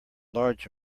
large